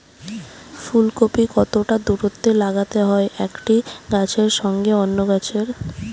ফুলকপি কতটা দূরত্বে লাগাতে হয় একটি গাছের সঙ্গে অন্য গাছের?